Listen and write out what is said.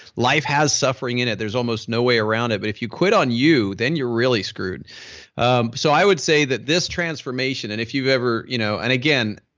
life has suffering in it, there's almost no way around it but if you quit on you then you're really screwed um so i would say that this transformation and if you've ever, you know and again,